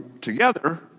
together